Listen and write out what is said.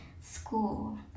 school